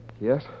Yes